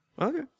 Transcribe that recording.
Okay